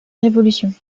révolution